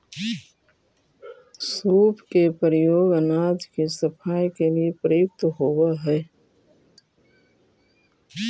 सूप के प्रयोग अनाज के सफाई के लिए प्रयुक्त होवऽ हई